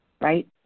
Right